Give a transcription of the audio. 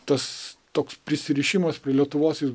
tas toks prisirišimas prie lietuvos jis